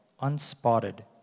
unspotted